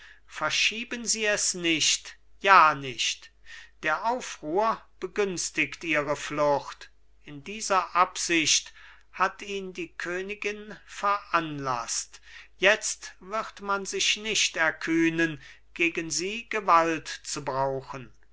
verschieben sie es nicht ja nicht der aufruhr begünstigt ihre flocht in dieser absicht hat ihn die königin veranlaßt jetzt wird man sich nicht erkühnen gegen sie gewalt zu brauchen